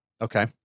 Okay